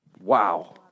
wow